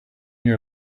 you